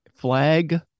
Flag